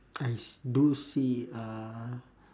I s~ do see uh